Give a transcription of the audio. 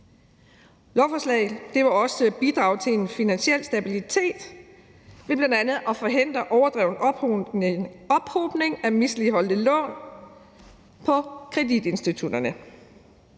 Lovforslaget vil også bidrage til en finansiel stabilitet ved bl.a. at forhindre overdreven ophobning af misligholdte lån hos kreditinstitutterne.